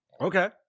Okay